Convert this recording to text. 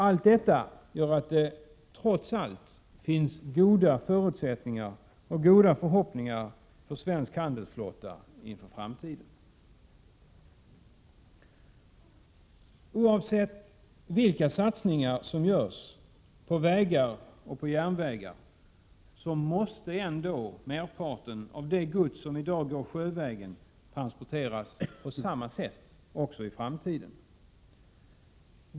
Allt detta gör att det trots allt finns goda förutsättningar och att man har goda förhoppningar beträffande den svenska handelsflottan inför framtiden. Oavsett vilka satsningar som görs på järnvägar och vägar måste ändå merparten av det gods som i dag transporteras sjövägen också i framtiden transporteras på detta sätt.